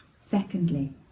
Secondly